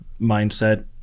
mindset